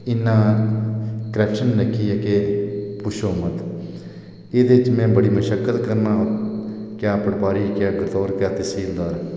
इन्ना करप्शन एह्दे च कि पुच्छो मत इन्ना एह्दे च में मशक्कत करना क्या पटवारी क्या गरदौर क्या तहसीलदार